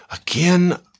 Again